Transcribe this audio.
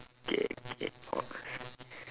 okay okay four